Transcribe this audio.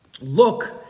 look